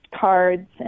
cards